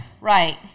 right